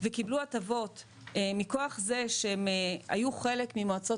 וקיבלו הטבות מכח זה שהם היו חלק ממועצות